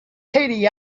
katie